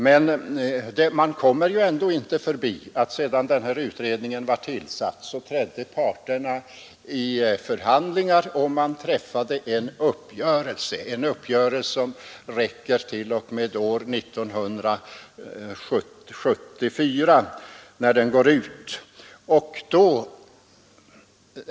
Man kommer ändå inte förbi att sedan denna utredning tillsatts trädde parterna i förhandlingar och man träffade en uppgörelse, som räcker t.o.m. 1974.